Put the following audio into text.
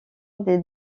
des